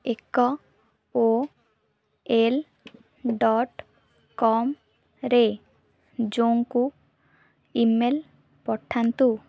ଏକ O L ଡଟ୍କମ୍ରେ ଜୋଙ୍କୁ ଇମେଲ୍ ପଠାନ୍ତୁ